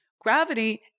gravity